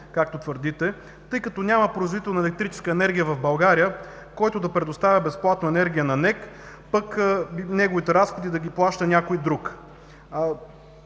както твърдите, тъй като няма производител на електроенергия в България, който да предоставя безплатно електроенергия на НЕК, пък неговите разходи да ги плаща някой друг.